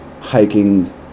hiking